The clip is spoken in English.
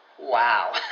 wow